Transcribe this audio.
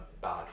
bad